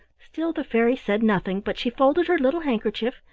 still the fairy said nothing, but she folded her little handkerchief,